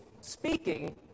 speaking